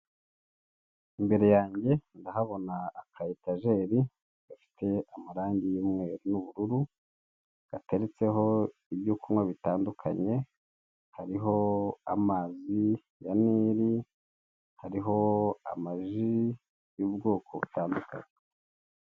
Imbere yange ndahabona akatajeri gafite amarangi y'umweru n'ubururu, gateretseho ibyo kunywa bitandukanye, hariho amazi ya NIle, hariho amaji y'ubwoko butandukanye.